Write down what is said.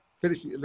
finish